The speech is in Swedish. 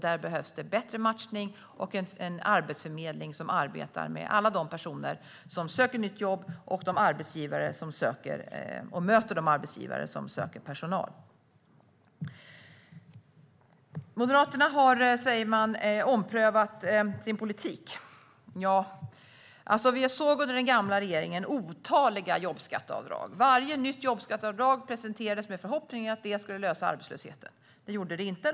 Där behövs det bättre matchning och en arbetsförmedling som arbetar med alla de personer som söker nytt jobb och möter de arbetsgivare som söker personal. Moderaterna säger att de har omprövat sin politik. Vi såg under den gamla regeringen otaliga jobbskatteavdrag. Varje nytt jobbskatteavdrag presenterades med förhoppningen att det skulle lösa arbetslösheten. Det gjorde det inte.